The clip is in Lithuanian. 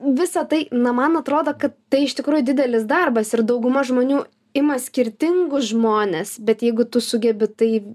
visa tai na man atrodo kad tai iš tikrųjų didelis darbas ir dauguma žmonių ima skirtingus žmones bet jeigu tu sugebi tai